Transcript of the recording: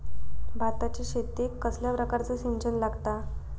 भाताच्या शेतीक कसल्या प्रकारचा सिंचन लागता?